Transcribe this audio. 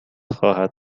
خواهد